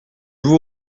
vous